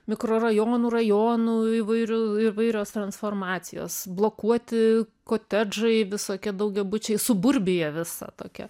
mikrorajonų rajonų įvairių įvairios transformacijos blokuoti kotedžai visokie daugiabučiai suburbija visa tokia